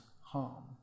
harm